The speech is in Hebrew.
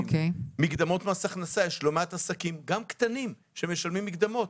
מקדמות מס הכנסה: יש לא מעט עסקים שמשלמים מקדמות.